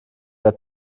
der